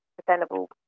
sustainable